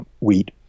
wheat